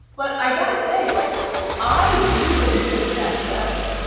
but i gotta say, like i really miss that show.